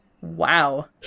Wow